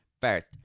First